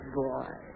boy